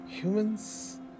Humans